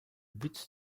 but